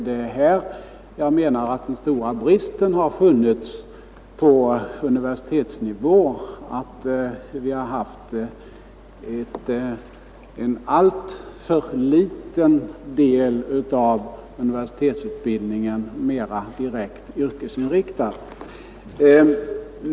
Det är här jag menar att den stora bristen har funnits på universitetsnivån. Vi har haft en alltför liten del av universitetsutbildningen mera direkt yrkesinriktad.